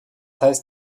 heißt